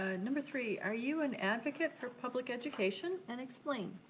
ah number three. are you an advocate for public education, and explain.